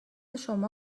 شما